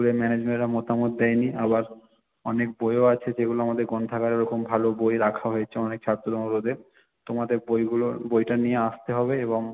স্কুলের ম্যানেজমেন্টরা মতামত দেয়নি আবার অনেক বইও আছে যেগুলো আমাদের গ্রন্থাগারে ওরকম ভালো বই রাখা হয়েছে অনেক ছাত্রদের অনুরোধে তোমাদের বইগুলো বইটা নিয়ে আসতে হবে এবং